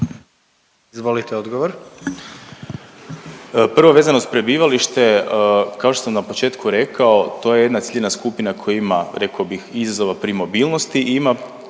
**Vidiš, Ivan** Prvo vezano uz prebivalište kao što sam na početku rekao to je jedna ciljana skupina koja ima rekao bih, izazova pri mobilnosti